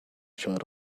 short